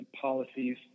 policies